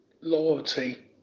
loyalty